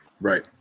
right